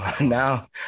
now